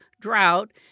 drought